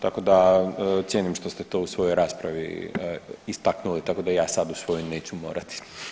Tako da cijenim što ste to u svojoj raspravi istaknuli, tako da ja sad u svojoj neću morati.